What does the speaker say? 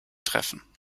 treffen